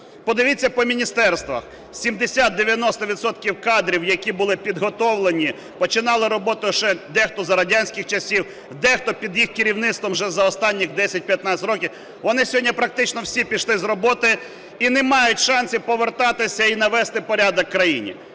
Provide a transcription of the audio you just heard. Подивіться по міністерствах: 70-90 відсотків кадрів, які були підготовлені, починали роботу ще дехто за радянських часів, дехто під їх керівництвом вже за останніх 10-15 років, вони сьогодні практично всі пішли з роботи і не мають шансів повертатися і навести порядок в країні.